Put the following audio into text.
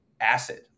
acid